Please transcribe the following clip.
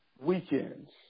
weekends